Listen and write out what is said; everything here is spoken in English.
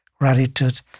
Gratitude